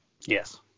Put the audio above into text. Yes